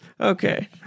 Okay